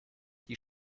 die